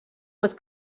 with